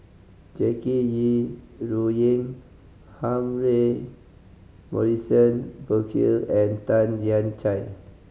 Jackie Yi Ru Ying Humphrey Morrison Burkill and Tan Lian Chye